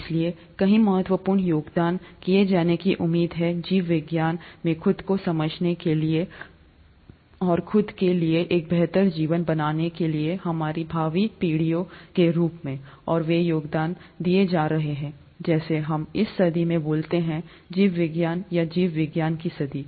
इसलिए कई महत्वपूर्ण योगदान किए जाने की उम्मीद है जीव विज्ञान में खुद को समझने के लिए और खुद के लिए एक बेहतर जीवन बनाने के लिए हमारी भावी पीढ़ियों के रूप में और वे योगदान दिए जा रहे हैं जैसे हम इस सदी में बोलते हैं जीव विज्ञान या जीव विज्ञान की सदी